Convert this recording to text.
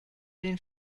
den